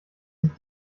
sich